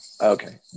Okay